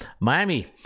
Miami